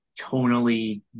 tonally